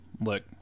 look